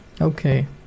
Okay